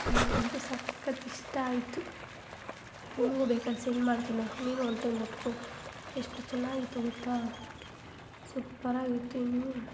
ನನಗಂತೂ ಸಕ್ಕತ್ತ ಇಷ್ಟ ಆಯ್ತು ನಿಂಗು ಬೇಕಾದರೆ ಸೆಂಡ್ ಮಾಡ್ತೀನಿ ನೋಡು ನೀನು ಒನ್ ಟೈಮ್ ಉಟ್ಕೊ ಎಷ್ಟು ಚೆನ್ನಾಗಿತ್ತು ಗೊತ್ತ ಸೂಪರಾಗಿತ್ತು ಇನ್ನು